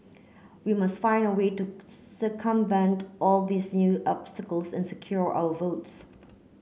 we must find a way to circumvent all these new obstacles and secure our votes